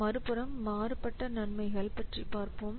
மறுபுறம் மாறுபட்ட நன்மைகள் பற்றி பார்ப்போம்